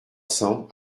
cents